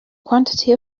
quantity